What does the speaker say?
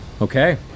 Okay